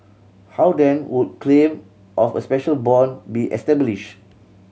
how then would claim of a special bond be established